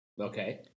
Okay